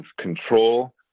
control